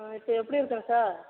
ஆ இப்போ எப்படி இருக்கான் சார்